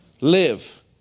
live